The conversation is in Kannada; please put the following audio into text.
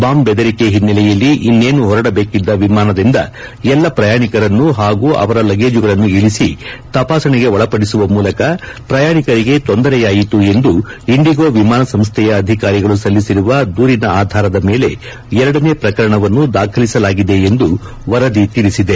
ಬಾಂಬ್ ಬೆದರಿಕೆ ಹಿನ್ನೆಲೆಯಲ್ಲಿ ಇನ್ನೇನು ಹೊರಡಬೇಕಿದ್ದ ವಿಮಾನದಿಂದ ಎಲ್ಲಾ ಪ್ರಯಾಣಿಕರನ್ನು ಹಾಗೂ ಅವರ ಲಗೇಜುಗಳನ್ನು ಇಳಿಸಿ ತಪಾಸಣೆಗೆ ಒಳಪಡಿಸುವ ಮೂಲಕ ಪ್ರಯಾಣಿಕರಿಗೆ ತೊಂದರೆಯಾಯಿತು ಎಂದು ಇಂಡಿಗೋ ವಿಮಾನ ಸಂಸ್ನೆಯ ಅಧಿಕಾರಿಗಳು ಸಲ್ಲಿಸಿರುವ ದೂರಿನ ಆಧಾರದ ಮೇಲೆ ಎರಡನೇ ಪ್ರಕರಣವನ್ನು ದಾಖಲಿಸಲಾಗಿದೆ ಎಂದು ವರದಿ ತಿಳಿಸಿದೆ